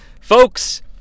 folks